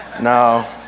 No